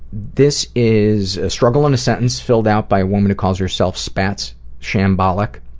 this is a struggle in a sentence filled out by a woman who calls herself spatz shambolic.